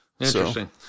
Interesting